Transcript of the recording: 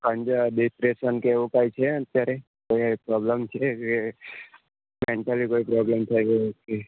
સાંજે બેસ બેસવાનું કે એવું કંઈ છે એમ અત્યારે તો એ પ્રોબ્લેમ છે મેન્ટલી કઈ પ્રોબ્લેમ થઈ હોય